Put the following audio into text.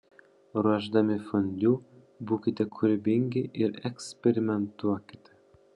ruošdami fondiu būkite kūrybingi ir eksperimentuokite